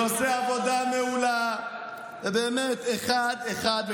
שעושה עבודה מעולה באמת אחד-אחד,